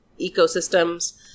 ecosystems